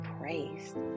praised